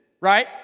right